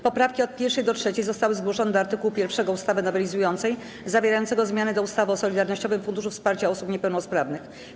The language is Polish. Poprawki od 1. do 3. zostały zgłoszone do art. 1 ustawy nowelizującej, zawierającego zmianę do ustawy o Solidarnościowym Funduszu Wsparcia Osób Niepełnosprawnych.